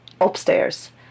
upstairs